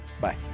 bye